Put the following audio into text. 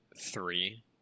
Three